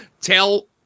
Tell